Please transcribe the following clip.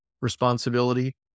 responsibility